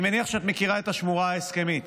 אני מניח שאת מכירה את השמורה ההסכמית,